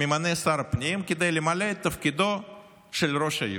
זו ועדה שממנה שר הפנים כדי למלא את תפקידו של ראש העירייה.